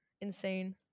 Insane